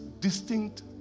distinct